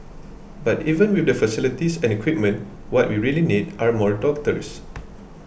but even with the facilities and equipment what we really need are more doctors